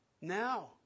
Now